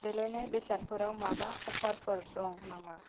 देलायनाय बेसादफोराव माबा अफारफोर दङ नामा